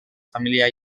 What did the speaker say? família